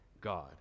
God